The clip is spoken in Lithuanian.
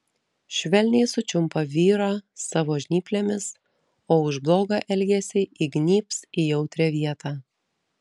švelniai sučiumpa vyrą savo žnyplėmis o už blogą elgesį įgnybs į jautrią vietą